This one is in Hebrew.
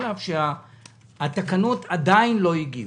על אף שהתקנות עדיין לא הגיעו.